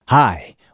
Hi